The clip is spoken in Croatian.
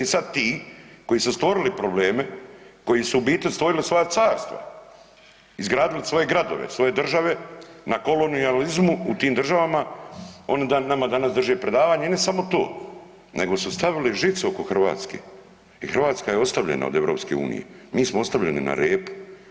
I sad ti koji su stvorili probleme, koji su u biti stvorili svoja carstva, izgradili svoje gradove, svoje države na kolonijalizmu u tim državama oni nama danas drže predavanje i ne samo to nego su stavili žicu oko Hrvatske i Hrvatska je ostavljena od EU, mi smo ostavljeni na repu.